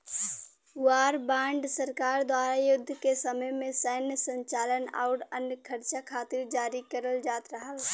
war bond सरकार द्वारा युद्ध के समय में सैन्य संचालन आउर अन्य खर्चा खातिर जारी करल जात रहल